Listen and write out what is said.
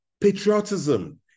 Patriotism